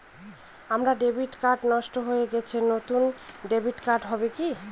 আমার debit card নষ্ট হয়ে গেছে নূতন ডেবিট কার্ড হবে কি?